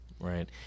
Right